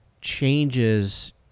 changes